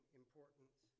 importance